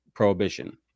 prohibition